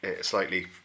slightly